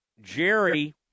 Jerry –